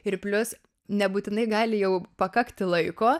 ir plius nebūtinai gali jau pakakti laiko